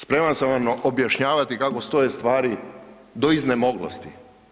Spreman sam vam objašnjavati kako stoje stvari do iznemoglosti.